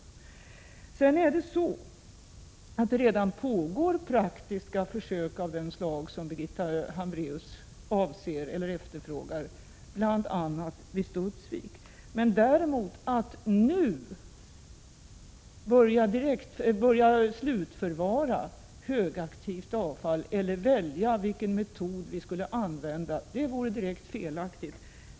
Sedan vill jag säga att det redan pågår praktiska försök av det slag som Birgitta Hambraeus efterfrågade, bl.a. vid Studsvik. Men att nu börja slutförvara högaktivt avfall eller välja vilken metod vi skall använda vore direkt felaktigt.